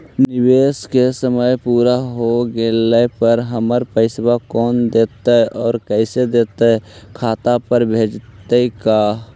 निवेश के समय पुरा हो गेला पर हमर पैसबा कोन देतै और कैसे देतै खाता पर भेजतै का?